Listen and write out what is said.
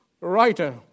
writer